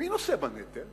מי נושא בנטל?